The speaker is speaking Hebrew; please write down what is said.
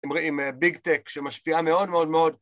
עם ביג טק שמשפיעה מאוד מאוד מאוד